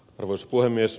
arvoisa puhemies